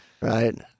right